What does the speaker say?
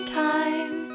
time